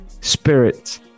spirit